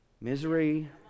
Misery